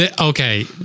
Okay